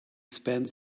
spent